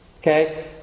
Okay